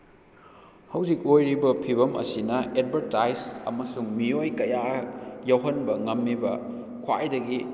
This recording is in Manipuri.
ꯍꯧꯖꯤꯛ ꯑꯣꯏꯔꯤꯕ ꯐꯤꯚꯝ ꯑꯁꯤꯅ ꯑꯦꯠꯕꯔꯇꯥꯏꯁ ꯑꯃꯁꯨꯡ ꯃꯤꯑꯣꯏ ꯀꯌꯥ ꯌꯧꯍꯟꯕ ꯉꯝꯃꯤꯕ ꯈ꯭ꯋꯥꯏꯗꯒꯤ